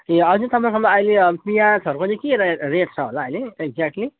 ए हजुर तपाईँकोमा अहिले प्याजहरूको चाहिँ के रेट छ होला अहिले एक्जेक्टली